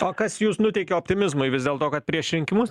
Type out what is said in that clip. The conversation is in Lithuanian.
o kas nuteikia optimizmui vis dėl to kad prieš rinkimus